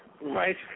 Right